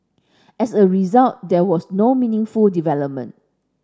as a result there was no meaningful development